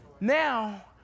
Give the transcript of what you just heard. Now